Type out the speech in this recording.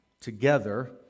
together